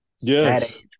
Yes